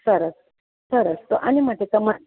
સરસ સરસ તો આની માટે તમારે